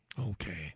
Okay